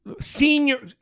senior